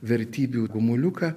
vertybių gumuliuką